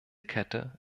kette